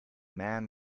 man